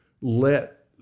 let